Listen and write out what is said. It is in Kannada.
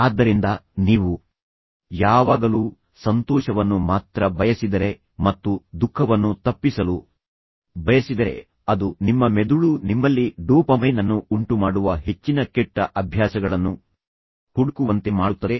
ಆದ್ದರಿಂದ ನೀವು ಯಾವಾಗಲೂ ಸಂತೋಷವನ್ನು ಮಾತ್ರ ಬಯಸಿದರೆ ಮತ್ತು ನೀವು ದುಃಖವನ್ನು ತಪ್ಪಿಸಲು ಬಯಸಿದರೆ ಅದು ನಿಮ್ಮ ಮೆದುಳು ನಿಮ್ಮಲ್ಲಿ ಡೋಪಮೈನ್ ಅನ್ನು ಉಂಟುಮಾಡುವ ಹೆಚ್ಚಿನ ಕೆಟ್ಟ ಅಭ್ಯಾಸಗಳನ್ನು ಹುಡುಕುವಂತೆ ಮಾಡುತ್ತದೆ